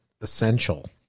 essential